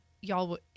y'all